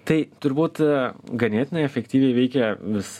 tai turbūt ganėtinai efektyviai veikia vis